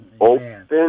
Open